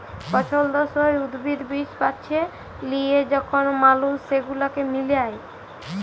পছল্দসই উদ্ভিদ, বীজ বাছে লিয়ে যখল মালুস সেগুলাকে মিলায়